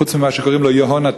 חוץ ממה שקוראים לו יהונתן,